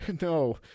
no